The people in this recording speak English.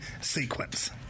sequence